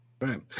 right